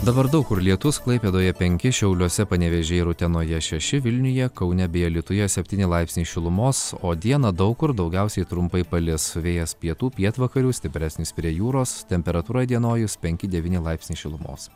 dabar daug kur lietus klaipėdoje penki šiauliuose panevėžyje ir utenoje šeši vilniuje kaune bei alytuje septyni laipsniai šilumos o dieną daug kur daugiausiai trumpai palis vėjas pietų pietvakarių stipresnis prie jūros temperatūra įdienojus penki devyni laipsniai šilumos